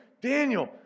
Daniel